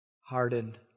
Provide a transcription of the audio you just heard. hardened